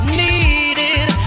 needed